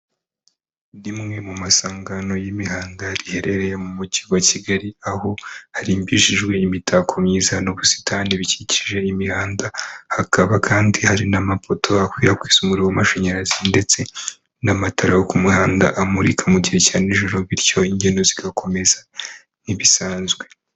Rimwe mu masangano y'imihanda riherereye mu mujyi wa Kigali, aho harimbishijwe imitako myiza n'ubusitani bikikije imihanda hakaba kandi hari n'amapoto akwirakwiza umuririro w'amashanyarazi, ndetse n'amatara ku muhanda amurika mu gihe cya nijoro bityo ingendo zigakomeza nk'ibisanzwe.